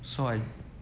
so I yeah